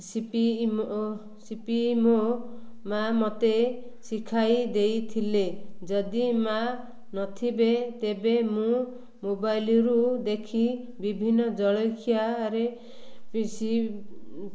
CP ମୋ ମା ମୋତେ ଶିଖାଇ ଦେଇଥିଲେ ଯଦି ମା ନଥିବେ ତେବେ ମୁଁ ମୋବାଇଲରୁ ଦେଖି ବିଭିନ୍ନ ଜଳଖିଆରେ ପି